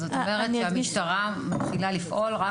זאת אומרת שהמשטרה מתחילה לפעול רק